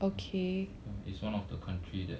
is one of the country that